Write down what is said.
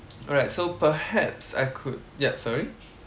alright so perhaps I could ya sorry